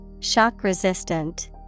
Shock-resistant